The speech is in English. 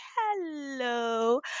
hello